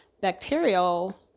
bacterial